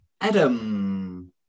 adam